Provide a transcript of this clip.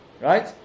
right